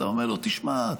אתה אומר לו: תשמע,